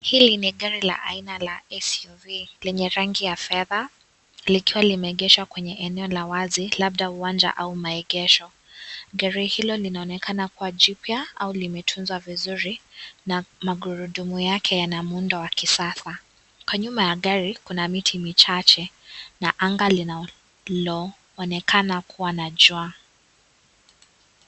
Hili ni gari la aina la SUV lenye rangi ya fedha. Likiwa limeegeshwa kwenye eneo la wazi labda uwanja au maegesho. Gari hilo linaonekana kuwa jipya au limetunzwa vizuri na magurudumu yake yana muundo wa kisasa kwa nyuma ya gari kuna miti michache na anga linalo onekana kuwa na jua.